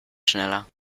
schneller